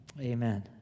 Amen